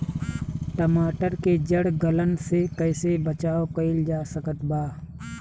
टमाटर के जड़ गलन से कैसे बचाव कइल जा सकत बा?